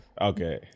okay